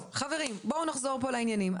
טוב חברים, בואו נחזור פה לעניינים.